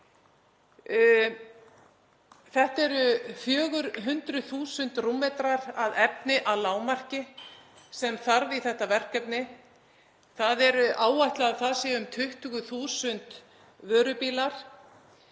Þetta eru 400.000 m³ af efni að lágmarki sem þarf í þetta verkefni. Það er áætlað að það séu um 20.000 vörubílar.